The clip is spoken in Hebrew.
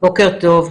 בוקר טוב.